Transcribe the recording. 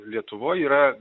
lietuvoj yra